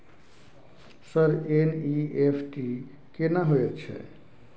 Sir NEFT केना होयत छै?